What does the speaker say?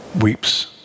weeps